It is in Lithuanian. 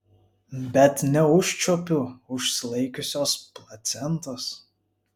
bet neužčiuopiu užsilaikiusios placentos